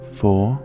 four